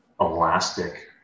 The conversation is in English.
elastic